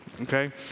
okay